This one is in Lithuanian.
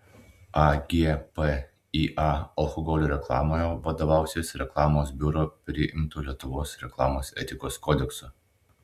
agpįa alkoholio reklamoje vadovausis reklamos biuro priimtu lietuvos reklamos etikos kodeksu